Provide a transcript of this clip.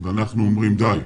ואנחנו אומרים די.